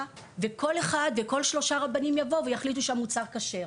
וכל שלושה רבנים יבואו ויחליטו שהמוצר כשר,